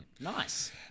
Nice